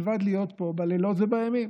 מלבד להיות פה בלילות ובימים.